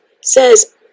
Says